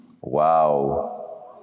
Wow